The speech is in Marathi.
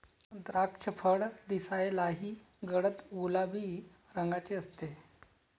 द्राक्षफळ दिसायलाही गडद गुलाबी रंगाचे असते